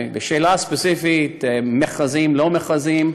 לשאלה הספציפית, מכרזים, לא מכרזים,